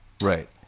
Right